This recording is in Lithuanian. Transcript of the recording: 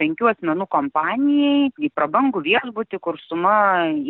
penkių asmenų kompanijai į prabangų viešbutį kur suma